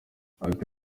ati